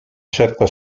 certa